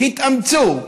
התאמצו,